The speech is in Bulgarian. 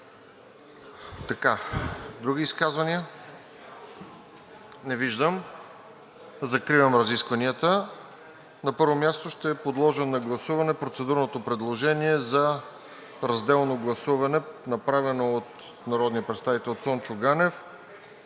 Не. Други изказвания? Не виждам. Закривам разискванията. На първо място ще подложа на гласуване процедурното предложение за разделно гласуване, направено от народния представител Цончо Ганев,